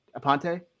aponte